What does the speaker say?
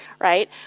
right